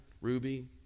ruby